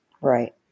Right